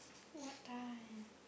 what time